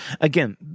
Again